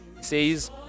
says